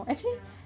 yeah